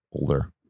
older